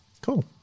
Cool